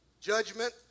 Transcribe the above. Judgment